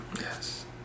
yes